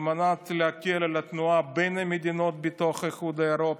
על מנת להקל את התנועה בין המדינות בתוך האיחוד האירופי.